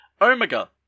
Omega